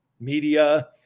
media